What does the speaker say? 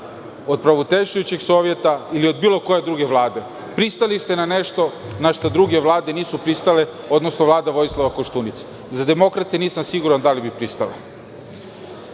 od Praviteljstvujuščeg sovjeta ili od bilo koje druge vlade. Pristali ste na nešto na šta druge vlade nisu pristale, odnosno Vlada Vojislava Koštunice. Za demokrate nisam siguran da li bi pristale. Ako